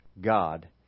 God